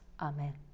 Amen